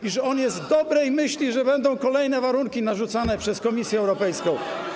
I że on jest dobrej myśli, że będą kolejne warunki narzucane przez Komisję Europejską.